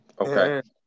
Okay